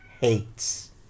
hates